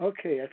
Okay